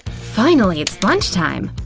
finally, it's lunch time.